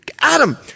Adam